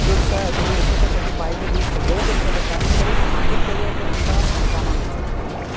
चडशा हातुनी अशेंत जाता की बायलेक हें सगळें करचें पडटा आनी त्या मागीर तेज्या उपरान तिका कामांक वच्चें पडटा